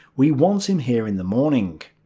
we want him here in the morning.